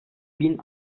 bin